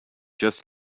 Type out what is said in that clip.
just